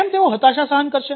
કેમ તેઓ હતાશા સહન કરશે